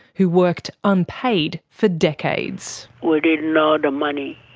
who worked unpaid for decades. we didn't know the money.